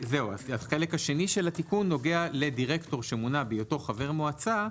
החלק השני של התיקון נוגע לדירקטור שמונה בהיותו חבר מועצה,